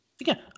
Again